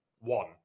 one